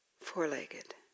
four-legged